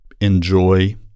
enjoy